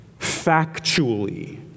factually